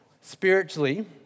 Spiritually